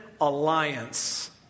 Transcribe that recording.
alliance